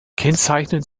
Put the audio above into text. kennzeichnend